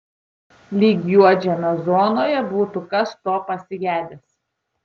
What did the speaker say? lyg juodžemio zonoje būtų kas to pasigedęs